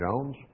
Jones